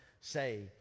say